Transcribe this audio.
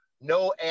no